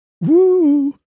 Woo